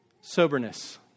soberness